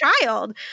child